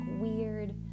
weird